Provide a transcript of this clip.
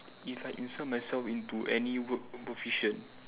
if I insert myself into any work proficient